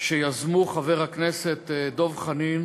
שיזמו חבר הכנסת דב חנין